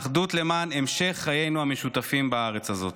אחדות למען המשך חיינו המשותפים בארץ הזאת.